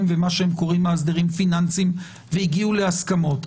ומה שהם קוראים לו מאסדרים פיננסיים והגיעו להסכמות.